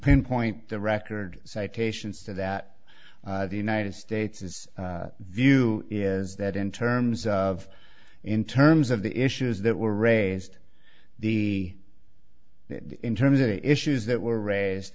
pinpoint the record citations to that the united states's view is that in terms of in terms of the issues that were raised the in terms of the issues that were raised